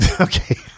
Okay